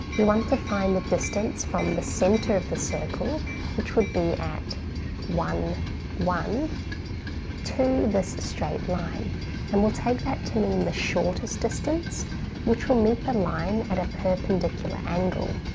we want to find the distance from the center of the circle which would be at one zero one to this straight line and we'll take that to mean the shortest distance which will meet the line at a perpendicular angle.